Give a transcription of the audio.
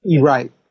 right